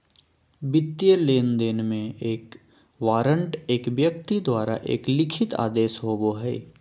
वित्तीय लेनदेन में, एक वारंट एक व्यक्ति द्वारा एक लिखित आदेश होबो हइ